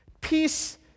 Peace